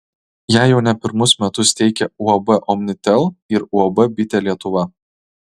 ją jau ne pirmus metus teikia uab omnitel ir uab bitė lietuva